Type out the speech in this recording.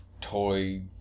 toy